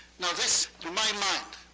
now this, to my mind,